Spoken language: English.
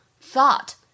thought